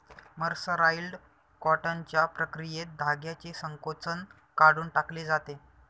mercerised कॉटनच्या प्रक्रियेत धाग्याचे संकोचन काढून टाकले जाते